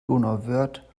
donauwörth